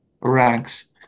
ranks